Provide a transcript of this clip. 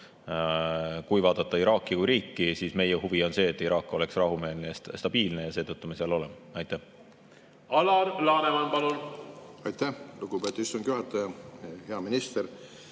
Kui vaadata Iraaki kui riiki, siis meie huvi on see, et Iraak oleks rahumeelne ja stabiilne, ja seetõttu me seal oleme. Alar Laneman, palun! Aitäh, lugupeetud istungi juhataja! Hea minister!